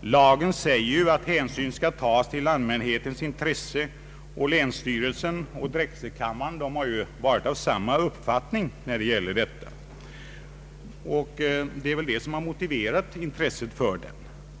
Lagen säger att hänsyn skall tas till allmänhetens intresse, och länsstyrelsen och drätselkammaren har därvid samma uppfattning, nämligen att sådant intresse föreligger från allmän hetens sida och motiverar söndagsöppet.